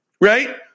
Right